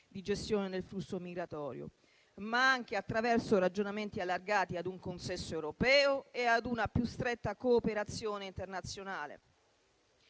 di gestione del flusso migratorio, ma anche attraverso ragionamenti allargati ad un consesso europeo e ad una più stretta cooperazione internazionale.